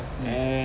and